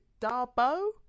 Darbo